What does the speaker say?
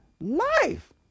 life